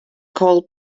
call